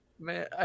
Man